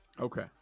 Okay